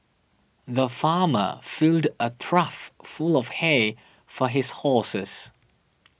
the farmer filled a trough full of hay for his horses